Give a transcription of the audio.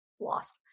lost